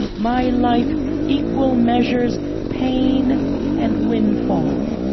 my life equal measures pain and windfall.